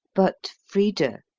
but frida,